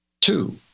Two